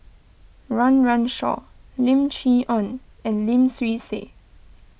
Run Run Shaw Lim Chee Onn and Lim Swee Say